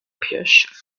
pioche